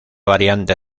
variante